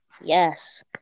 Yes